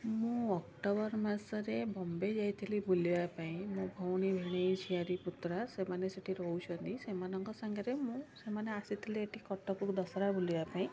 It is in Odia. ମୁଁ ଅକ୍ଟୋବର ମାସରେ ବମ୍ବେ ଯାଇଥିଲି ବୁଲିବା ପାଇଁ ମୋ ଭଉଣୀ ଭିଣୋଇ ଝିଆରୀ ପୁତୁରା ସେମାନେ ସେଇଠି ରହୁଛନ୍ତି ସେମାନଙ୍କର ସାଙ୍ଗରେ ମୁଁ ସେମାନେ ଆସିଥିଲେ ଏଇଠି କଟକକୁ ଦଶହରା ବୁଲିବା ପାଇଁ